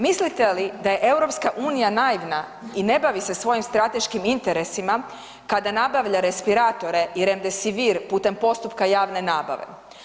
Mislite li da je EU naivna i ne bavi se svojim strateškim interesima kada nabavlja respiratore i Remdesivir putem postupka javne nabave?